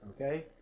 Okay